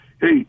hey